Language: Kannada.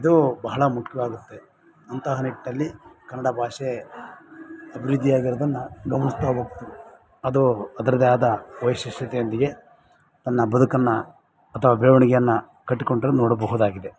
ಇದು ಬಹಳ ಮುಖ್ಯವಾಗುತ್ತೆ ಅಂತಹ ನಿಟ್ಟಲ್ಲಿ ಕನ್ನಡ ಭಾಷೆ ಅಭಿವೃದ್ದಿಯಾಗಿರೋದನ್ನ ಗಮನಿಸ್ತಾ ಹೋಗ್ತಿವ್ ಅದು ಅದರದೇ ಆದ ವೈಶಿಷ್ಟ್ಯತೆಯೊಂದಿಗೆ ತನ್ನ ಬದುಕನ್ನು ಅಥವ ಬೆಳವಣಿಗೆಯನ್ನು ಕಟ್ಕೊಂಡಿರೋದ್ ನೋಡಬಹುದಾಗಿದೆ